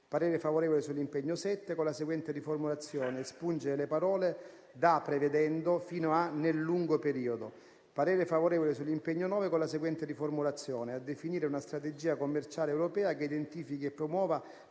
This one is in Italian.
parere favorevole sull'impegno n. 7 con la seguente riformulazione: espungere le parole da "prevedendo" fino a "nel lungo periodo". Esprimo parere favorevole sull'impegno n. 9 con la seguente riformulazione: "a definire una strategia commerciale europea che identifichi e promuova